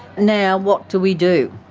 now what do we do,